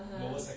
(uh huh)